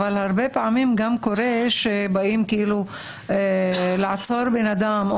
אבל הרבה פעמים גם קורה שבאים לעצור אדם,